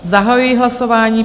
Zahajuji hlasování.